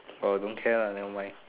oh don't care lah nevermind